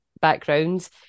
backgrounds